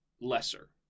lesser